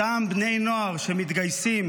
אותם בני נוער שמתגייסים